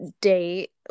date